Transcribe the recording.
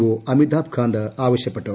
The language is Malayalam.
ഒ അമിതാഭ് കാന്ത് ആവശ്യപ്പെട്ടു